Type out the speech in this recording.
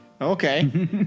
Okay